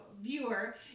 viewer